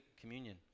communion